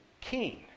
king